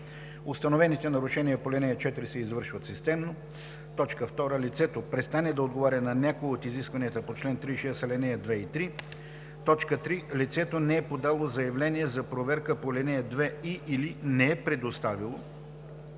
установените нарушения по ал. 4 се извършват системно; 2. лицето престане да отговаря на някои от изискванията по чл. 36, ал. 2 и 3; 3. лицето не е подало заявление за проверка по ал. 2 и/или не е предоставило